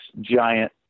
giant